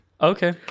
Okay